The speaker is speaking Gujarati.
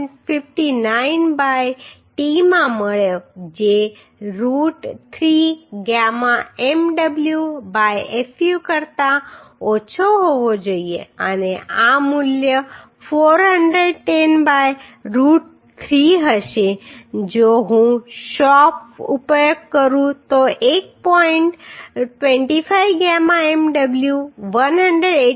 59 બાય t મળ્યો જે root 3 gamma mw by fu કરતા ઓછો હોવો જોઈએ અને આ મૂલ્ય 410 બાય રુટ 3 હશે જો હું શોપ વેલ્ડનો ઉપયોગ કરું તો 1 પોઈન્ટ 25 ગામા mw 189